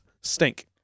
stink